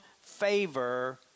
favor